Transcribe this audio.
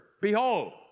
Behold